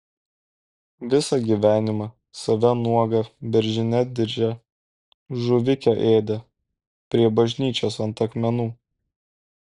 visą gyvenimą save nuogą beržine dirže žuvikę ėdė prie bažnyčios ant akmenų